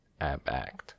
ABact